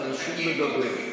אתה רשום לדבר,